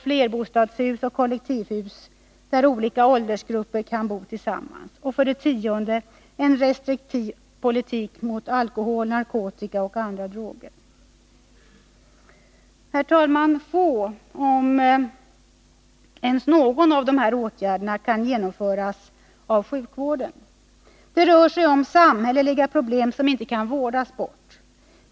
Få om ens någon av dessa åtgärder kan genomföras av sjukvården. Det rör sig om samhälleliga problem, som inte kan vårdas bort.